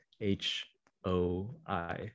h-o-i